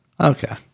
Okay